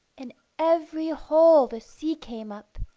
in every hole the sea came up,